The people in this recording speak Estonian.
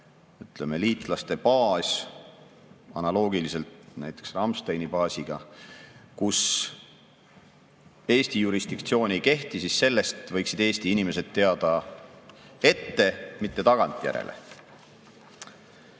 liitlaste baas analoogiliselt näiteks Ramsteini baasiga, kus Eesti jurisdiktsioon ei kehti, siis sellest võiksid Eesti inimesed teada ette, mitte tagantjärele.